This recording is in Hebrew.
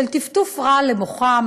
של טפטוף רעל למוחם,